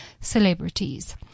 celebrities